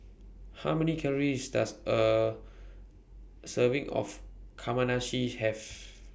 How Many Calories Does A Serving of Kamameshi Have